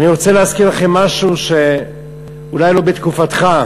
אני רוצה להזכיר לכם משהו אולי לא מתקופתך: